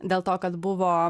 dėl to kad buvo